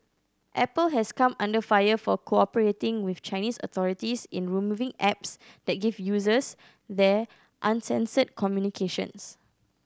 apple has come under fire for cooperating with Chinese authorities in removing apps that give users there uncensored communications